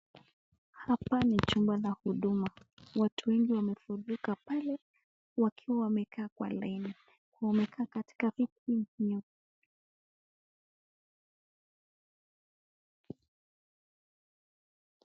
Hapa ni chumba la huduma. Watu wengi wamefurika pale wakiwa wamekaa kwa laini, wamekaa katika viti vime...